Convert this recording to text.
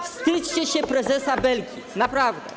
Wstydźcie się prezesa Belki, naprawdę.